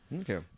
Okay